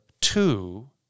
two